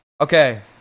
okay